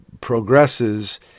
progresses